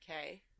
Okay